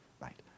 right